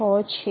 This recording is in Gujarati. ૬ છે